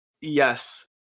Yes